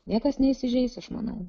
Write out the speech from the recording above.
niekas neįsižeis aš manau